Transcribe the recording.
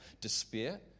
despair